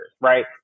right